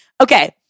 Okay